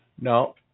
No